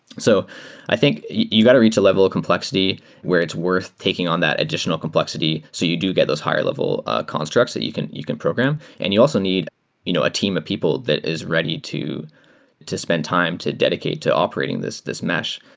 so i think you got to reach a level of complexity where it s worth taking on that additional complexity so you do get those higher level constructs that you can you can program and you also need you know a team of people that is ready to to spend time to dedicate to operating this this mesh.